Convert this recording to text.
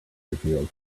revealed